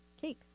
cake